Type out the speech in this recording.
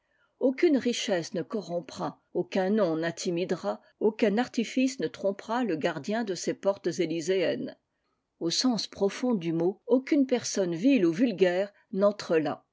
aucune richesse ne corrompra aucun nom n'intimidera aucun artifice ne trompera le gardien de ces portes elyséennes au sens profond du mot aucune personne vile ou vulgaire n'entre